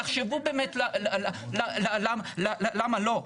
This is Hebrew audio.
תחשבו באמת למה לא.